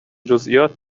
جزییات